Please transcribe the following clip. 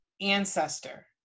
ancestor